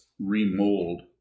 remold